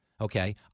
Okay